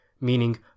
meaning